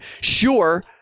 sure